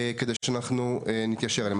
כדי שאנחנו נתיישר עליהם.